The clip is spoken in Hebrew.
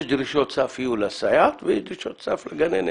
יהיו דרישות סף לסייעת ויש דרישות סף לגננת,